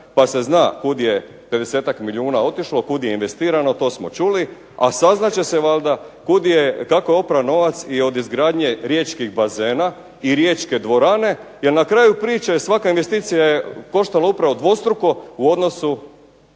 pa se zna kud je pedesetak milijuna otišlo, kud je investirano to smo čuli, a saznat će se valjda kako je opran novac i od izgradnje riječkih bazena i riječke dvorane. Jer na kraju priče, svaka investicija je koštala upravo dvostruko u odnosu